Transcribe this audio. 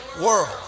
world